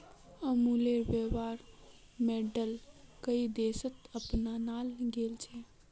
अमूलेर व्यापर मॉडल कई देशत अपनाल गेल छ